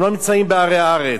הם לא נמצאים בערי הארץ.